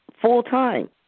full-time